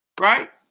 right